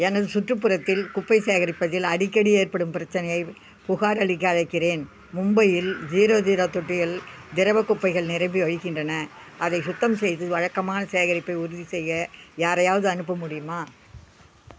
எனது சுற்றுப்புறத்தில் குப்பை சேகரிப்பதில் அடிக்கடி ஏற்படும் பிரச்சினையைப் புகாரளிக்க அழைக்கிறேன் மும்பையில் ஜீரோ ஜீரோ தொட்டிகள் திரவ குப்பைகள் நிரம்பி வழிகின்றன அதை சுத்தம் செய்து வழக்கமான சேகரிப்பை உறுதி செய்ய யாரையாவது அனுப்ப முடியுமா